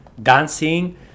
Dancing